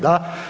Da.